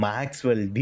Maxwell